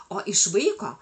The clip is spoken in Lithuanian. o iš vaiko